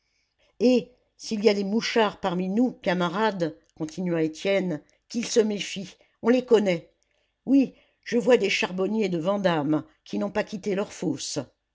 et s'il y a des mouchards parmi nous camarades continua étienne qu'ils se méfient on les connaît oui je vois des charbonniers de vandame qui n'ont pas quitté leur fosse